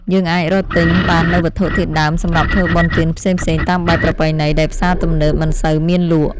យើងអាចរកទិញបាននូវវត្ថុធាតុដើមសម្រាប់ធ្វើបុណ្យទានផ្សេងៗតាមបែបប្រពៃណីដែលផ្សារទំនើបមិនសូវមានលក់។